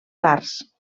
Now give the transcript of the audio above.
tars